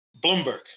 Bloomberg